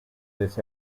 this